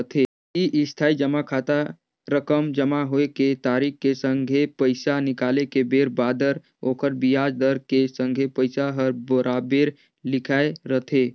इस्थाई जमा खाता रकम जमा होए के तारिख के संघे पैसा निकाले के बेर बादर ओखर बियाज दर के संघे पइसा हर बराबेर लिखाए रथें